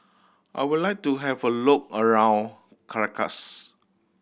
I would like to have a look around Caracas